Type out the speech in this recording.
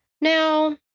Now